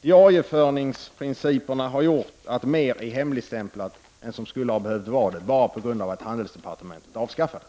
diarieföringsprinciperna har gjort att mer är hemligstämplat än som skulle ha behövt vara det, bara på grund av att handelsdepartementet avskaffades.